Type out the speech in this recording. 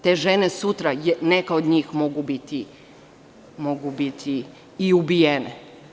Te žene sutra, neka od njih mogu biti i ubijene.